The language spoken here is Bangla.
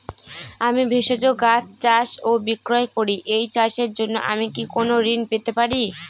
আমি ভেষজ গাছ চাষ ও বিক্রয় করি এই চাষের জন্য আমি কি কোন ঋণ পেতে পারি?